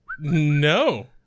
No